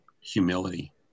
humility